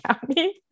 County